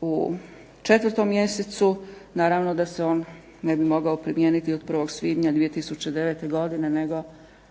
u četvrtkom mjesecu naravno da se on ne bi mogao primijeniti od 1. svibnja 2009. godine, nego